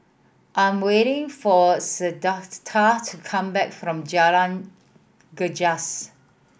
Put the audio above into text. I'm waiting for Shaquita to come back from Jalan Gajus